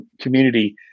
community